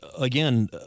again